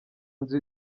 nzu